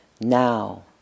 now